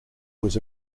was